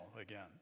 again